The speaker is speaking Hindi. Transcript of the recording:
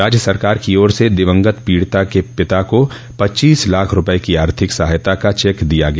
राज्य सरकार की ओर से दिवंगत पीड़िता के पिता को पच्चीस लाख रूपये की आर्थिक सहायता का चेक दिया गया